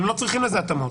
הם לא צריכים לזה התאמות.